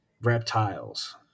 reptiles